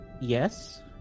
yes